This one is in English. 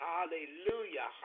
Hallelujah